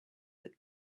that